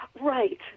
Right